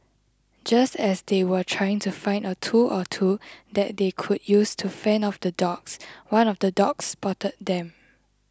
just as they were trying to find a tool or two that they could use to fend off the dogs one of the dogs spotted them